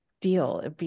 deal